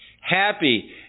Happy